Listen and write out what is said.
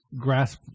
grasp